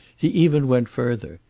he even went further.